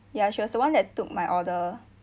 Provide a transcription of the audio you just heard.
ya she was the one that took my order